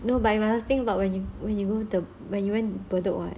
no but another thing about when you when you go to when you went bedok [what]